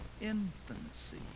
infancy